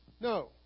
No